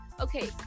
okay